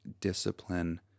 discipline